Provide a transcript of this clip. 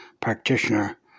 practitioner